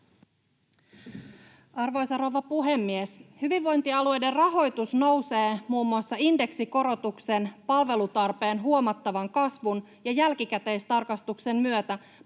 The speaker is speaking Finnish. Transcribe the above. Arvoisa rouva puhemies! Hyvinvointialueiden rahoitus nousee muun muassa indeksikorotuksen, palvelutarpeen huomattavan kasvun ja jälkikäteistarkastuksen myötä,